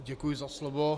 Děkuji za slovo.